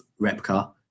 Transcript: repka